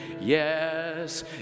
yes